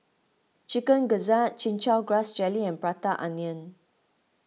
Chicken Gizzard Chin Chow Grass Jelly and Prata Onion